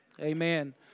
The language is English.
Amen